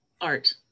art